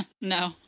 No